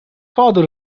father